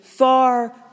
Far